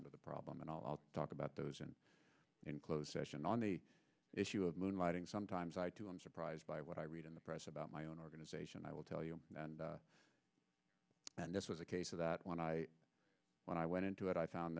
to the problem and i'll talk about those in closed session on the issue of moonlighting sometimes i do i'm surprised by what i read in the press about my own organization i will tell you and this is a case of that when i when i went into it i found